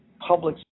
public